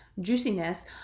juiciness